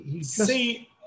See